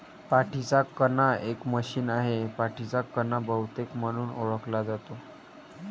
पाठीचा कणा एक मशीन आहे, पाठीचा कणा बहुतेक म्हणून ओळखला जातो